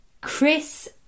Chris